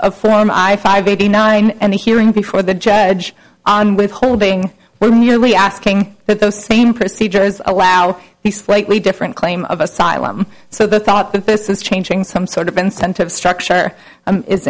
flown i five eighty nine and the hearing before the judge on withholding were merely asking that those same procedures allow the slightly different claim of asylum so the thought that this is changing some sort of incentive structure